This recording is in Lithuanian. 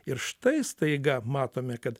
ir štai staiga matome kad